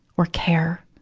or care?